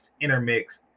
intermixed